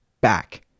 Back